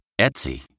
Etsy